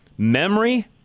Memory